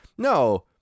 No